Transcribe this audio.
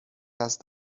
است